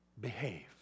behave